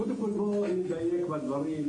קודם כל, בוא נדייק בדברים.